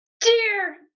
dear